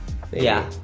yeah.